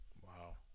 Wow